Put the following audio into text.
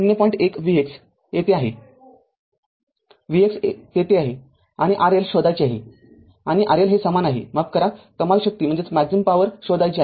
१ Vx येथे आहे येथे Vx तेथे आहे आणि RL शोधायचे आहे आणि RL हे समान आहे माफ करा कमाल शक्ती शोधायची आहे